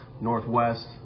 Northwest